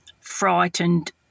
frightened